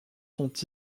sont